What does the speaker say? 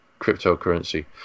cryptocurrency